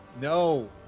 No